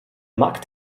markt